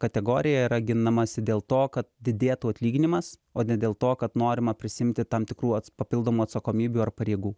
kategorija yra ginamasi dėl to kad didėtų atlyginimas o ne dėl to kad norima prisiimti tam tikrų papildomų atsakomybių ar pareigų